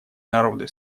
народы